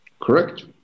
Correct